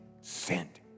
sent